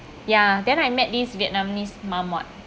ya then I met this vietnamese mum [what]